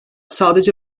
sadece